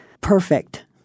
perfect